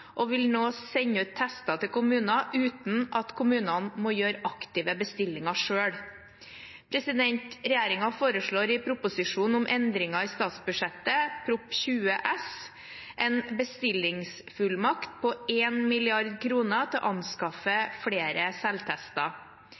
og vil nå sende ut tester til kommunene uten at kommunene må gjøre aktive bestillinger selv. Regjeringen foreslår i proposisjonen om endringer i statsbudsjettet, Prop. 20 S, en bestillingsfullmakt på 1 mrd. kr til å anskaffe flere selvtester.